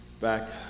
back